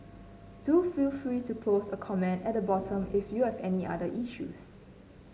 do feel free to post a comment at the bottom if you have any other issues